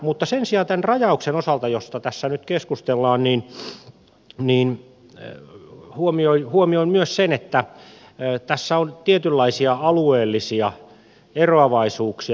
mutta sen sijaan tämän rajauksen osalta josta tässä nyt keskustellaan niin tässä on niin ne ei huomioi huomioin myös sen että tässä on tietynlaisia alueellisia eroavaisuuksia